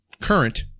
current